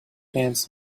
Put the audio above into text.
ants